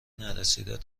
نرسیده